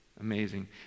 Amazing